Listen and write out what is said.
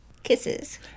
Kisses